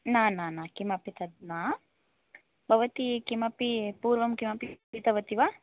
न न न किमपि तत् न भवती किमपि पूर्वं किमपि पीतवती वा